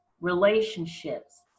relationships